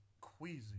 queasy